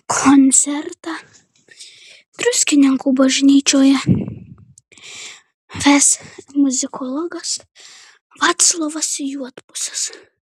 koncertą druskininkų bažnyčioje ves muzikologas vaclovas juodpusis